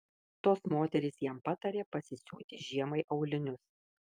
tos moterys jam patarė pasisiūti žiemai aulinius